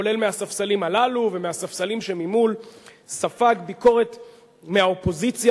כולל מהספסלים הללו ומהספסלים שממול ספג ביקורת מהאופוזיציה,